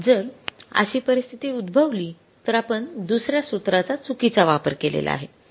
जर अशी परिस्थिती उद्भवली तर आपण दुसऱ्या सूत्राचा चुकीचा वापर केलेला आहे